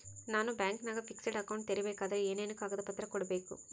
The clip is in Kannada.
ನಾನು ಬ್ಯಾಂಕಿನಾಗ ಫಿಕ್ಸೆಡ್ ಅಕೌಂಟ್ ತೆರಿಬೇಕಾದರೆ ಏನೇನು ಕಾಗದ ಪತ್ರ ಕೊಡ್ಬೇಕು?